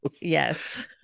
Yes